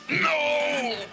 no